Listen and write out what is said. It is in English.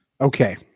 Okay